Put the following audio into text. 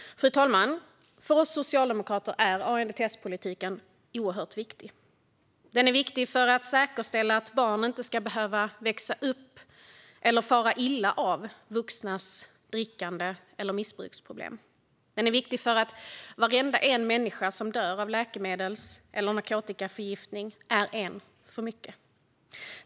Fru talman! För oss socialdemokrater är ANDTS-politiken oerhört viktig. Den är viktig för att säkerställa att barn inte ska behöva växa upp med eller fara illa av vuxnas drickande eller missbruksproblem. Den är viktig för att varenda människa som dör av läkemedels eller narkotikaförgiftning är en för mycket.